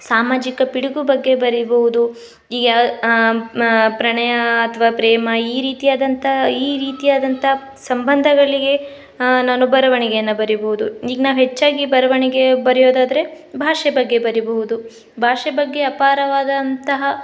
ಸಾಮಾಜಿಕ ಪಿಡುಗು ಬಗ್ಗೆ ಬರಿಬೌದು ಮಾ ಪ್ರಣಯ ಅಥ್ವ ಪ್ರೇಮ ಈ ರೀತಿಯಾದಂಥ ಈ ರೀತಿಯಾದಂಥ ಸಂಬಂಧಗಳಿಗೆ ನಾನು ಬರವಣಿಗೆಯನ್ನು ಬರಿಬೌದು ಈಗ ನಾವು ಹೆಚ್ಚಾಗಿ ಬರವಣಿಗೆ ಬರೆಯೋದಾದರೆ ಭಾಷೆ ಬಗ್ಗೆ ಬರಿಬೌಹುದು ಭಾಷೆ ಬಗ್ಗೆ ಅಪಾರವಾದಂತಹ